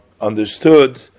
understood